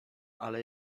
ale